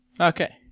Okay